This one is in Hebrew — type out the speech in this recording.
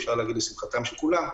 אפשר להגיד שלשמחת כולם,